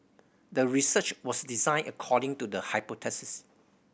the research was designed according to the hypothesis